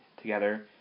together